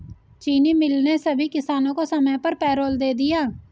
चीनी मिल ने सभी किसानों को समय पर पैरोल दे दिया